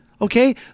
Okay